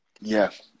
Yes